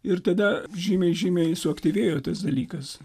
ir tada žymiai žymiai suaktyvėjo tas dalykas